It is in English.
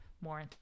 more